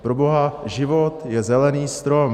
Proboha, život je zelený strom.